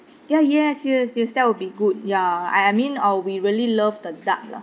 ya yes yes yes that will be good ya I I mean uh we really love the duck lah